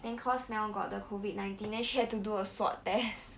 then cause now got the COVID nineteen then she had to do a swab test